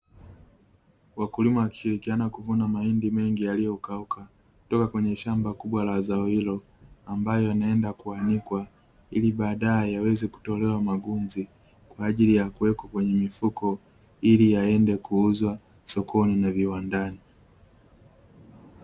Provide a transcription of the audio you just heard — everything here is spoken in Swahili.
Wakulima wakishirikiana kuuza mahindi mengi yaliyokauka, toka kwenye shamba kubwa la zao hilo ambayo inaenda kuanikwa, ili baadae yaweze kutolewa magunzi kwa ajili ya kuwekwa kwenye mifuko, ili yaende kuuzwa sokoni na viwandani.